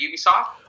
Ubisoft